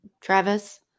Travis